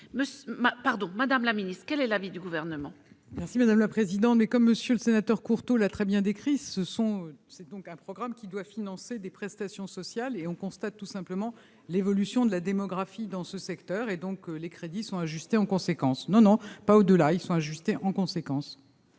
Madame la Ministre, quel est l'avis du gouvernement. Merci Madame le président, mais comme monsieur le sénateur Courteau l'a très bien décrit ce sont, c'est donc un programme qui doit financer des prestations sociales et on constate tout simplement l'évolution de la démographie dans ce secteur, et donc les crédits sont ajustés en conséquence non non pas au-delà, ils sont ajustés en conséquence.